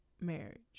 marriage